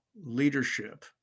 leadership